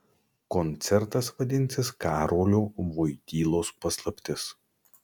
koncertas vadinsis karolio voitylos paslaptis